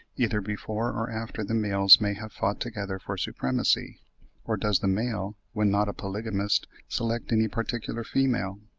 either before or after the males may have fought together for supremacy or does the male, when not a polygamist, select any particular female?